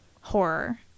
horror